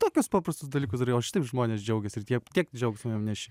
tokius paprastus dalykus darai o šitaip žmonės džiaugiasi ir tie tiek džiaugsmo jiem neši